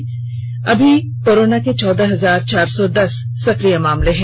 राज्य में अर्भी कोरोना के चौदह हजार चार सौ दस सक्रिय मामले हैं